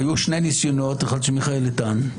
היו שני ניסיונות, אחד של מיכאל איתן.